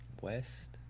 west